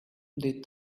they